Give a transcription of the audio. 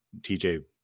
TJ